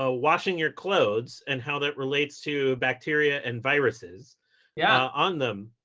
ah washing your clothes and how that relates to bacteria and viruses yeah on them.